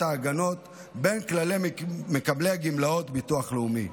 ההגנות בין כלל מקבלי גמלאות ביטוח לאומי.